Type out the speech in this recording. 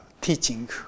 teaching